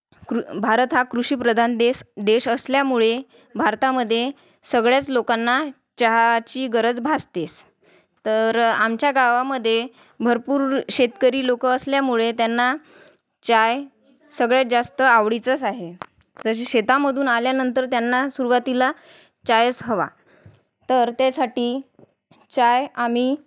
कृ भारत हा कृषीप्रधान देश देश असल्यामुळे भारतामध्ये सगळ्याच लोकांना चहाची गरज भासतेच तर आमच्या गावामध्ये भरपूर शेतकरी लोकं असल्यामुळे त्यांना चाय सगळ्यात जास्त आवडीचंच आहे तसे शेतामधून आल्यानंतर त्यांना सुरुवातीला चायच हवा तर त्यासाठी चाय आम्ही